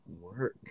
work